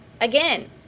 again